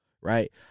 right